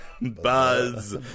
Buzz